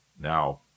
now